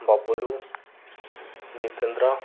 Babulu Jitendra